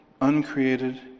uncreated